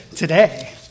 today